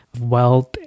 wealth